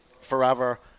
forever